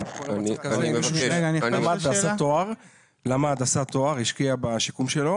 אם יש מישהו שלמד, עשה תואר, השקיע בשיקום שלו